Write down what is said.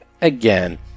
Again